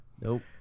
nope